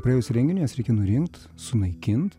praėjus renginiui jas reikia nurinkt sunaikint